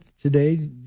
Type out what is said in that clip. today